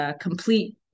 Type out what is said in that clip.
complete